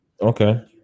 Okay